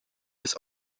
des